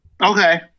Okay